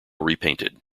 repainted